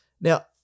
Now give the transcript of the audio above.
now